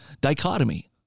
dichotomy